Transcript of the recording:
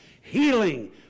healing